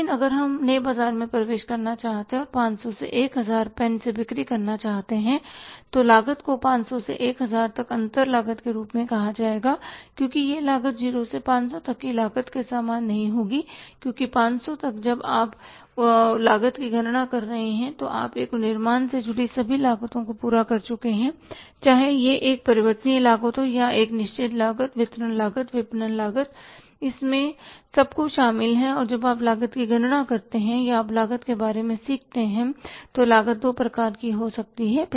लेकिन अगर हम नए बाजार में प्रवेश करना चाहते हैं और 500 से 1000 पेन से बिक्री करना चाहते हैं तो लागत को 500 से 1000 तक अंतर लागत के रूप में कहा जाएगा क्योंकि यह लागत 0 से 500 तक की लागत के समान नहीं होगी क्योंकि 500 तक जब आप लागत की गणना कर रहे हैं तो आप एक निर्माण से जुड़े सभी लागतों को पूरा कर चुके हैं चाहे यह एक परिवर्तनीय लागत हो या यह एक निश्चित लागत वितरण लागत विपणन लागत इसमें सब कुछ शामिल है और जब आप लागत की गणना करते हैं या आप लागत के बारे में सीखते हैं तो लागत दो प्रकार की हो सकती है